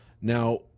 Now